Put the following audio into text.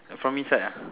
from inside ah